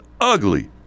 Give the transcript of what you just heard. ugly